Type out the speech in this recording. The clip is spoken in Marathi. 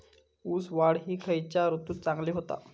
ऊस वाढ ही खयच्या ऋतूत चांगली होता?